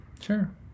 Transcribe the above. sure